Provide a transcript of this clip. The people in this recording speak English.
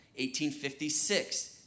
1856